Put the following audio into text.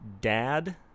dad